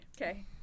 Okay